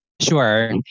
Sure